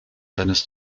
seines